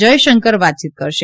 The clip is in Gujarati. જયશંકર વાતયીત કરશે